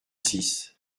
six